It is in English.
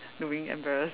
doing embarrass